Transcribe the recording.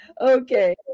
Okay